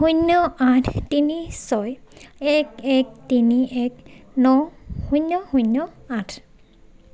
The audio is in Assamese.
শূন্য আঠ তিনি ছয় এক এক তিনি এক ন শূন্য শূন্য আঠ